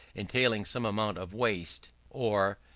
entailing some amount of waste or,